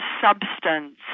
substance